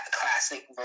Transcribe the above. classic